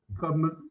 government